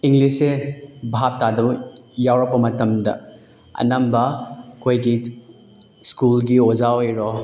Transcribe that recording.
ꯏꯪꯂꯤꯁꯁꯦ ꯚꯥꯕ ꯇꯥꯗꯕ ꯌꯥꯎꯔꯛꯄ ꯃꯇꯝꯗ ꯑꯅꯝꯕ ꯑꯩꯈꯣꯏꯒꯤ ꯁ꯭ꯀꯨꯜꯒꯤ ꯑꯣꯖꯥ ꯑꯣꯏꯔꯣ